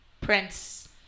Prince